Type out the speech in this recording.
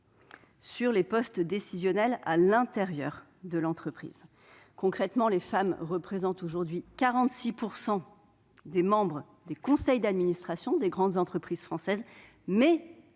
sur les postes décisionnels à l'intérieur de l'entreprise. Concrètement, les femmes représentent 46 % des membres des conseils d'administration des grandes entreprises, mais